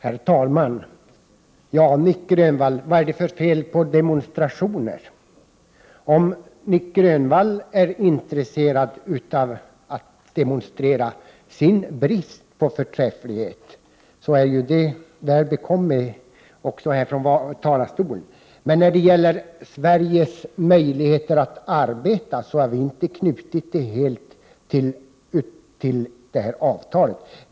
Herr talman! Vad är det för fel på demonstrationer, Nic Grönvall? Om Nic Grönvall är intresserad av att demonstrera sin brist på förträfflighet här ifrån talarstolen, så väl bekomme. När det gäller Sveriges möjligheter att arbeta har vi dock inte knutit dem helt till detta avtal.